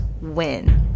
win